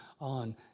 on